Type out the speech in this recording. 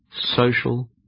social